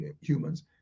humans